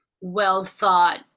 well-thought